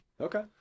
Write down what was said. Okay